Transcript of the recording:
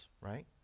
right